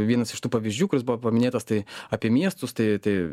vienas iš tų pavyzdžių kuris buvo paminėtas tai apie miestus tai tai